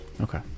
Okay